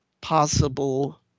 possible